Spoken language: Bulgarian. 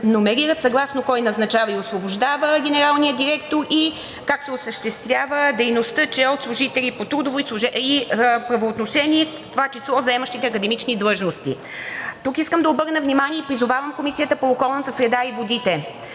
съгласно кой назначава и освобождава генералния директор и как се осъществява дейността – че е от служители по трудово правоотношение, в това число заемащите академични длъжности. Тук искам да обърна внимание и призовавам Комисията по околната среда и водите: